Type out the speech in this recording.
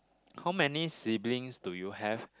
how many siblings do you have